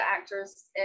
actors